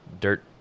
dirt